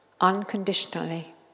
unconditionally